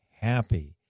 happy